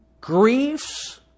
griefs